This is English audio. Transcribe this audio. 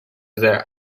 their